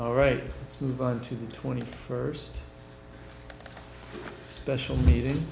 all right let's move on to the twenty first special meeting